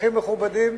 אורחים מכובדים,